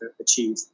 achieve